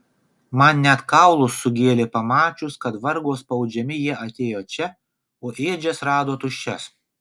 man net kaulus sugėlė pamačius kad vargo spaudžiami jie atėjo čia o ėdžias rado tuščias